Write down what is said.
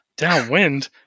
Downwind